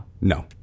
No